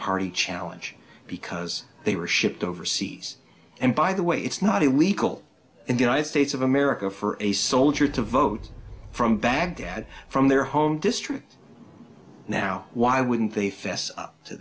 party challenge because they were shipped overseas and by the way it's not illegal in the united states of america for a soldier to vote from baghdad from their home district now why wouldn't they